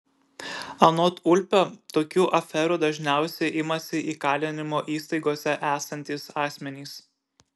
anot ulpio tokių aferų dažniausiai imasi įkalinimo įstaigose esantys asmenys